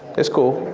it's cool.